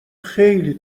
خیلی